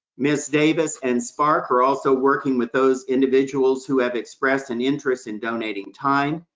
miss davis and spark are also working with those individuals who have expressed an interest in donating time,